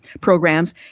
programs